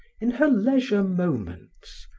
in her leisure moments,